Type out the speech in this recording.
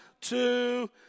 two